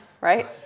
right